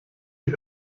die